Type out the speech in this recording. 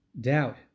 doubt